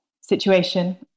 situation